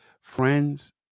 friends